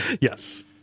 Yes